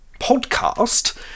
podcast